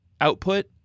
output